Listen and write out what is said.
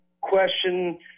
question